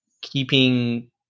keeping